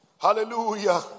hallelujah